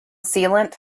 sealant